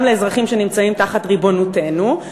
גם לאזרחים שנמצאים תחת ריבונותנו,